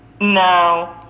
No